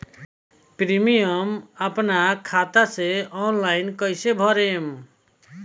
Premium अपना खाता से ऑनलाइन कईसे भरेम?